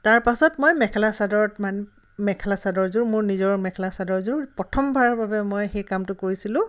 তাৰপাছত মই মেখেলা চাদৰত মা মেখেলা চাদৰযোৰ মোৰ নিজৰ মেখেলা চাদৰযোৰ প্ৰথমবাৰৰ বাবে মই সেই কামটো কৰিছিলোঁ